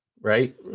Right